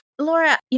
Laura